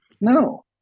No